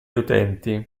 utenti